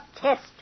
test